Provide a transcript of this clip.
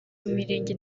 mirenge